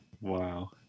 Wow